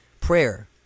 Prayer